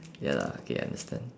ya lah okay understand